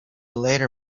later